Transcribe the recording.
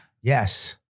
Yes